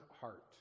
heart